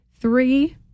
three